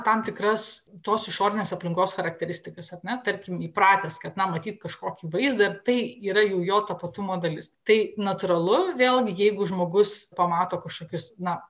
tam tikras tos išorinės aplinkos charakteristikas ar ne tarkim įpratęs kad na matyt kažkokį vaizdą tai yra jau jo tapatumo dalis tai natūralu vėlgi jeigu žmogus pamato kažkokius na